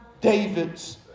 David's